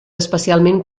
especialment